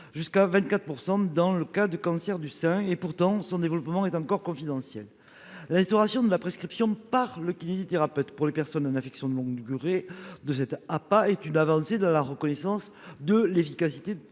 jusqu'à 24% dans le cas de cancer du sein et pourtant son développement est encore confidentiel. L'instauration de la prescription par le kinésithérapeute pour les personnes en affection de longue durée de cette à pas est une avancée de la reconnaissance de l'efficacité